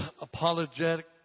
apologetic